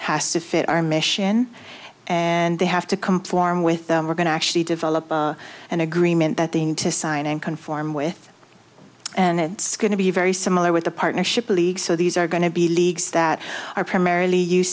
has to fit our mission and they have to come form with them we're going to actually develop an agreement that they need to sign and conform with and it's going to be very similar with the partnership leagues so these are going to be leagues that are primarily use